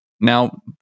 Now